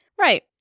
Right